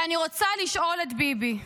ואני רוצה לשאול את ביבי: